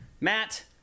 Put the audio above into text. Matt